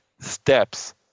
steps